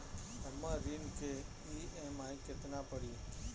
हमर ऋण के ई.एम.आई केतना पड़ी?